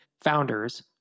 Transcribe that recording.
founders